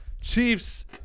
Chiefs